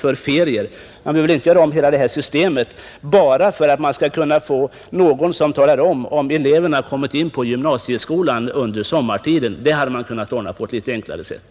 Man bör väl ändå inte göra om hela studieoch yrkesorienteringssystemet bara för att få någon som talar om huruvida eleverna har kommit in på gymnasieskolan under sommartiden. Det måste kunna ordnas på ett enklare sätt.